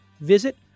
visit